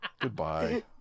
goodbye